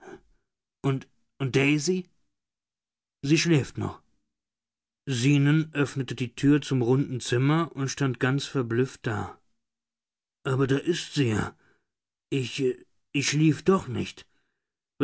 und daisy sie schläft noch zenon öffnete die tür zum runden zimmer und stand ganz verblüfft da aber da ist sie ja ich schlief doch nicht